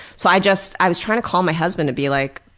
so i just, i was trying to call my husband to be like,